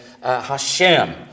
Hashem